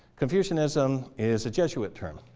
confucianism is a jesuit term.